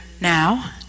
Now